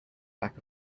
back